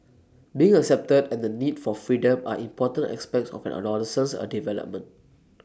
being accepted and the need for freedom are important aspects of an adolescent's A development